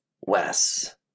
Wes